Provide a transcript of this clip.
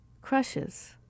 crushes